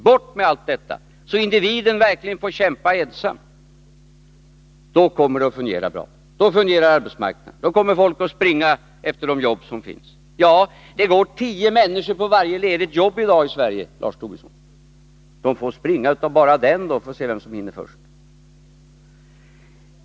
Bort med allt detta, så att individen verkligen får kämpa ensam! Då kommer det att fungera bra. Då fungerar arbetsmarknaden. Då kommer folk att springa efter de jobb som finns. Men det går tio människor på varje ledigt jobb i Sverige i dag, Lars Tobisson. De får springa av bara den och försöka att hinna först.